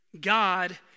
God